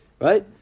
right